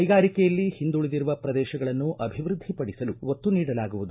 ಕೈಗಾರಿಕೆಯಲ್ಲಿ ಒಂದುಳಿದಿರುವ ಪ್ರದೇಶಗಳನ್ನು ಅಭಿವೃದ್ಧಿ ಪಡಿಸಲು ಒತ್ತು ನೀಡಲಾಗುವುದು